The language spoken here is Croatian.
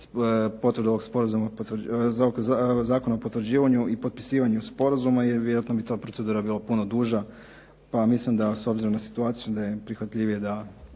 potvrdu ovog zakona o potvrđivanju i potpisivanju sporazuma jer vjerojatno bi ta procedura bila puno duža pa mislim da s obzirom na situaciju da je prihvatljivije da